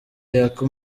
yaka